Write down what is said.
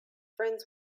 friends